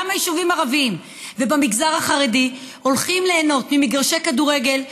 כמה יישובים ערביים ובמגזר החרדי הולכים ליהנות ממגרשי כדורגל,